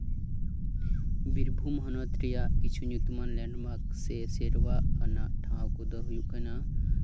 ᱵᱤᱨᱵᱷᱩᱢ ᱦᱚᱱᱚᱛ ᱨᱮᱭᱟᱜ ᱠᱤᱪᱷᱩ ᱧᱩᱛᱩᱢᱟᱱ ᱞᱮᱱᱰᱥ ᱢᱟᱨᱠ ᱥᱮ ᱥᱮᱨᱣᱟ ᱟᱱᱟᱜ ᱴᱷᱟᱶ ᱠᱚᱫᱚ ᱦᱩᱭᱩᱜ ᱠᱟᱱᱟ